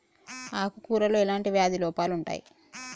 ఆకు కూరలో ఎలాంటి వ్యాధి లోపాలు ఉంటాయి?